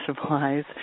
supplies